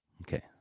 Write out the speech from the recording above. Okay